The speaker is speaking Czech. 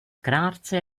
krátce